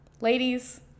Ladies